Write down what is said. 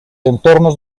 entornos